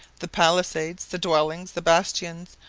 the palisades, the dwellings, the bastions,